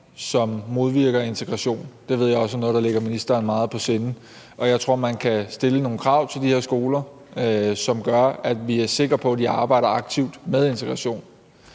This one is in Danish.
som modvirker integration. Det ved jeg også er noget, der ligger ministeren meget på sinde. Jeg tror, at man kan stille nogle krav til de her skoler, som gør, at vi er sikre på, at de arbejder aktivt med integration.